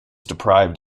deprived